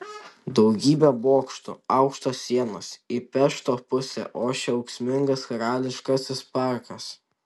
daugybė bokštų aukštos sienos į pešto pusę ošia ūksmingas karališkasis parkas